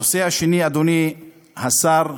הנושא השני, אדוני השר,